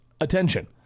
attention